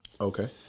Okay